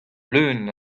leun